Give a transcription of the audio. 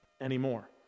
anymore